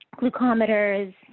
glucometers